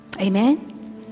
Amen